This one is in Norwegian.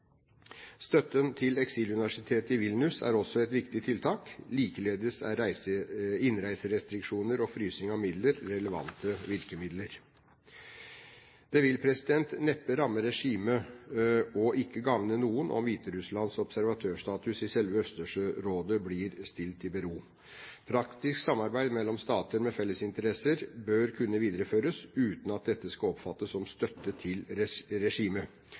Støtten til eksiluniversitetet i Vilnius er også et viktig tiltak. Likeledes er innreiserestriksjoner og frysing av midler relevante virkemidler. Det vil neppe ramme regimet og ikke gagne noen om Hviterusslands observatørstatus i selve Østersjørådet blir stilt i bero. Praktisk samarbeid mellom stater med felles interesser bør kunne videreføres uten at dette skal oppfattes som støtte til regimet.